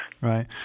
Right